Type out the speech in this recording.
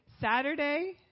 Saturday